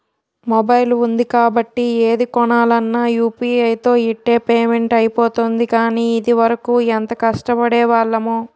mobile ఉంది కాబట్టి ఏది కొనాలన్నా యూ.పి.ఐ తో ఇట్టే పేమెంట్ అయిపోతోంది కానీ, ఇదివరకు ఎంత కష్టపడేవాళ్లమో